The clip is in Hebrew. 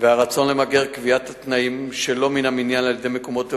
והרצון למגר קביעת תנאים שלא ממין העניין על-ידי מקומות הבילוי,